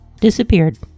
disappeared